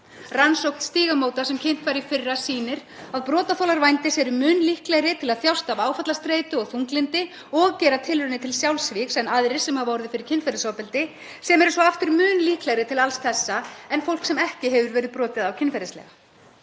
Rannsókn Stígamóta sem kynnt var í fyrra sýnir að brotaþolar vændis eru mun líklegri til að þjást af áfallastreitu og þunglyndi og gera tilraun til sjálfsvígs en aðrir sem hafa orðið fyrir kynferðisofbeldi, sem eru svo aftur mun líklegri til alls þessa en fólk sem ekki hefur verið brotið á kynferðislega.